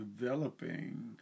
developing